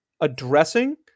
addressing